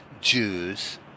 Jews